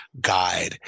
guide